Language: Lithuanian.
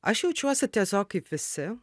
aš jaučiuosi tiesiog kaip visi